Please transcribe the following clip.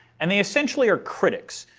and they essentially are critics.